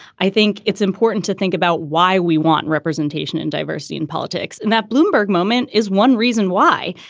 i think it's important to think about why we want representation and diversity in politics. and that bloomberg moment is one reason why,